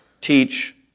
teach